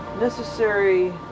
necessary